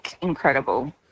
incredible